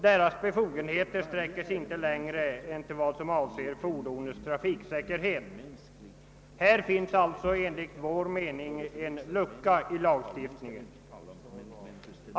Dess befogenheter sträcker sig inte längre än till vad som avser fordonets trafiksäkerhet. Här finns alitså enligt vår mening en lucka i lagstiftningen.